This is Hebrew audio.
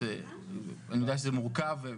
אני יודע שזה מורכב.